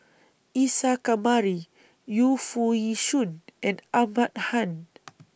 Isa Kamari Yu Foo Yee Shoon and Ahmad Khan